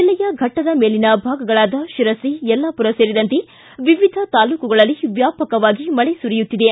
ಜಿಲ್ಲೆಯ ಫೆಟ್ಟದ ಮೇಲಿನ ಭಾಗಗಳಾದ ಶಿರಸಿ ಯಲ್ಲಾಪುರ ಸೇರಿದಂತೆ ವಿವಿಧ ತಾಲೂಕುಗಳಲ್ಲಿ ವ್ಯಾಪಕವಾಗಿ ಮಳೆ ಸುರಿಯುತ್ತಿದೆ